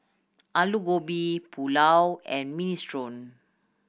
Alu Gobi Pulao and Minestrone